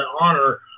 honor